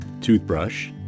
toothbrush